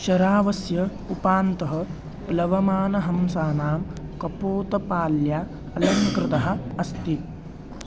शरावस्य उपान्तः प्लवमानहंसानां कपोतपाल्या अलङ्कृतः अस्ति